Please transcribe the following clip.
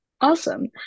Awesome